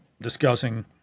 discussing